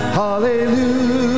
hallelujah